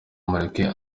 mureke